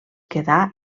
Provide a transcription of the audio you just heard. quedà